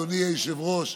אדוני היושב-ראש,